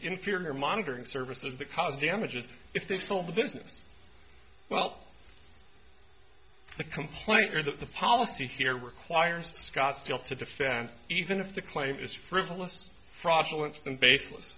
inferior monitoring services because damages if they sold the business well the complaint or the policy here requires scottsdale to defend even if the claim is frivolous fraudulent them baseless